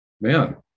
Man